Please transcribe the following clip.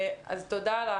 תודה.